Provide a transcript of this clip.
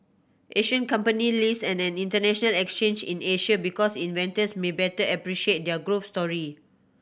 Asian company list on an international exchange in Asia because its investors may better appreciate their growth story